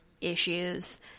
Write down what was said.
issues